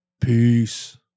Peace